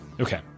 Okay